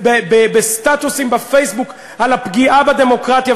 בסטטוסים בפייסבוק, על הפגיעה בדמוקרטיה.